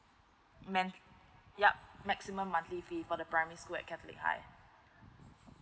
man yup maximum monthly fee for the primary school at catholic high